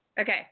Okay